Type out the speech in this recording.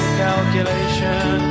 calculation